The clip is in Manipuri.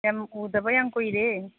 ꯎꯗꯕ ꯌꯥꯝ ꯀꯨꯏꯔꯦ